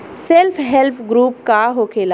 Self help group का होखेला?